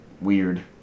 weird